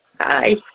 Hi